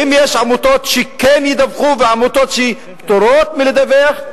האם יש עמותות שכן ידווחו ועמותות שיהיו פטורות מלדווח?